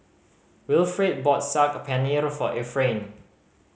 Wilfrid bought Saag Paneer for Efrain